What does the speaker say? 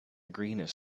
greenish